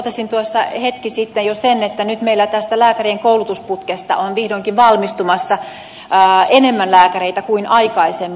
totesin tuossa hetki sitten jo sen että nyt meillä tästä lääkärien koulutusputkesta on vihdoinkin valmistumassa enemmän lääkäreitä kuin aikaisemmin